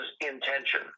intention